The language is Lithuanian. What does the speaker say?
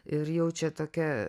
ir jau čia tokia